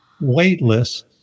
weightless